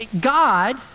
God